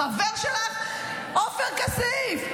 החבר שלך עופר כסיף,